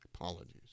Apologies